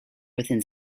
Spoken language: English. within